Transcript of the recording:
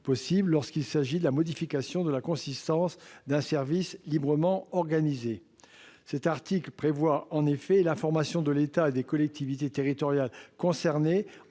possible sur la modification de la consistance d'un service librement organisé. Cet article prévoit en effet l'information de l'État et des collectivités territoriales concernées